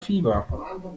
fieber